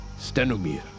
Stenomir